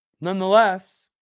nonetheless